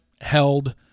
held